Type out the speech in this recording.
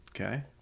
Okay